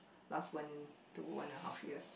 last one two one and a half years